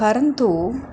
परन्तु